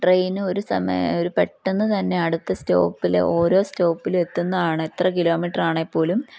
train ഒരു സമയം ഒരു പെട്ടെന്ന് തന്നെ അടുത്ത സ്റ്റോപ്പിൽ ഓരോ സ്റ്റോപ്പില് എത്തുന്നതാണ് എത്ര കിലോമീറ്ററാണേൽ പോലും